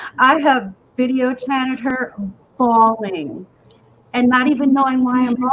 i have video chatted her falling and not even knowing why i'm